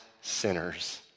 sinners